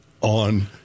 on